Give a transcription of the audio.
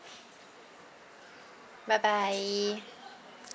bye bye